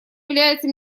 является